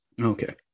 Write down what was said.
Okay